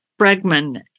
Bregman